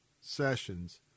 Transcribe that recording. sessions